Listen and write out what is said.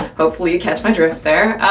hopefully you catch my drift there,